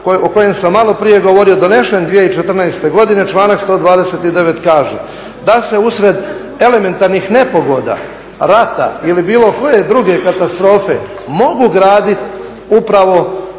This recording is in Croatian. o kojem sam malo prije govorio donesen 2014.godine članak 129.kaže da se usred elementarnih nepogoda, rata ili bilo koje druge katastrofe mogu graditi